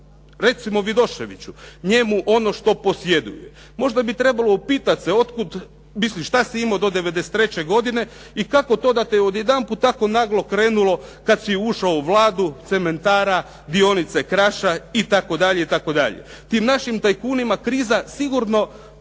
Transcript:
recimo Vidoševiću njemu ono što posjeduje. Možda bi trebalo upitati se, od kuda, mislim šta si imao do 93. godine i kako to da te odjedanput tako naglo krenulo kad si ušao u Vladu, cementara, dionice Kraša itd. Tim našim tajkunima kriza sigurno ih